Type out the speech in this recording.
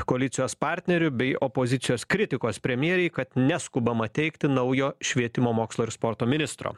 koalicijos partnerių bei opozicijos kritikos premjerei kad neskubama teikti naujo švietimo mokslo ir sporto ministro